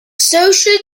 social